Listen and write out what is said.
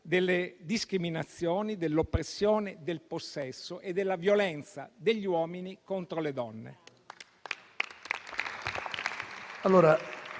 delle discriminazioni, dell'oppressione, del possesso e della violenza degli uomini contro le donne.